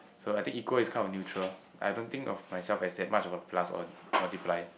so I think equal is kind of neutral I don't think of myself as that much of a plus or multiply